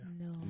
no